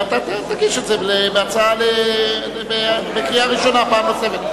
אתה תגיש בהצעה לקריאה ראשונה פעם נוספת.